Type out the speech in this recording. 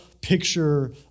picture